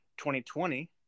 2020